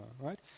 right